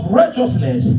righteousness